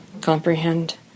comprehend